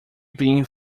being